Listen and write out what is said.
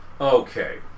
Okay